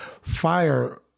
Fire